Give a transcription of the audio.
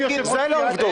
אלו העובדות.